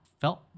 felt